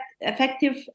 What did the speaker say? effective